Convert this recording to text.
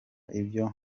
ibyo